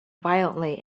violently